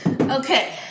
okay